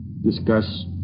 discuss